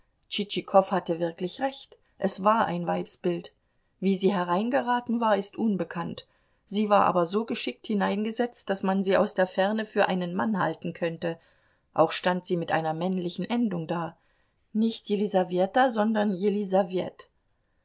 tschitschikow hatte wirklich recht es war ein weibsbild wie sie hereingeraten war ist unbekannt sie war aber so geschickt hineingesetzt daß man sie aus der ferne für einen mann halten könnte auch stand sie mit einer männlichen endung da nicht jelisaweta sondern